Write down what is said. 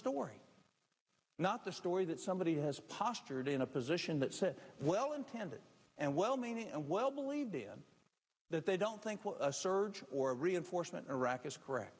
story not the story that somebody has postured in a position that said well intended and well meaning and well believed in that they don't think a surge or a reinforcement iraq is correct